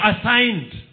assigned